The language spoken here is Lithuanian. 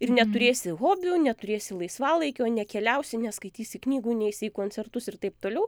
ir neturėsi hobių neturėsi laisvalaikio nekeliausi neskaitysi knygų neisi į koncertus ir taip toliau